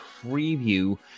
preview